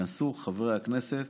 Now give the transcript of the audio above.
ייכנסו חברי הכנסת